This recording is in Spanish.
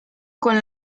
con